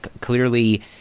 clearly